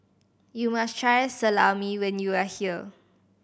you must try Salami when you are here